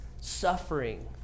suffering